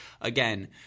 again –